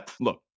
look